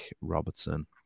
Robertson